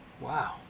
Wow